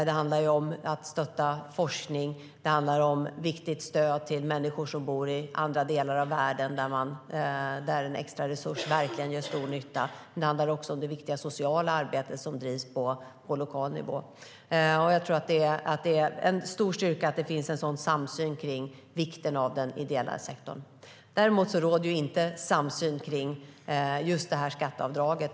Det handlar om att stötta forskning, och det handlar om viktigt stöd till människor som bor i andra delar av världen där en extra resurs verkligen gör stor nytta. Det handlar också om det viktiga sociala arbete som bedrivs på lokal nivå. Jag tror att det är en stor styrka att det finns en sådan stor samsyn kring vikten av den ideella sektorn. Däremot råder det inte samsyn kring just skatteavdraget.